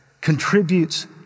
contributes